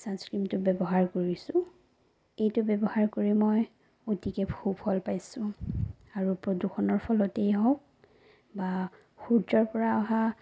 ছানস্ক্ৰীমটো ব্যৱহাৰ কৰিছোঁ এইটো ব্যৱহাৰ কৰি মই অতিকৈ সুফল পাইছোঁ আৰু প্ৰদূষণৰ ফলতেই হওক বা সূৰ্যৰ পৰা অহা